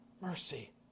mercy